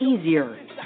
easier